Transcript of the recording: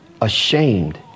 ashamed